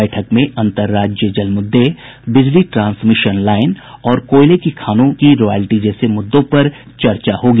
बैठक में अंतर राज्य जल मुद्दे बिजली ट्रांसमिशन लाईन और कोयले की खानों की रॉयल्टी जैसे कई मुद्दों पर चर्चा होगी